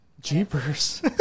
Jeepers